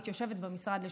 סליחה,